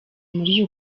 muri